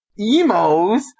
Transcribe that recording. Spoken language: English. Emos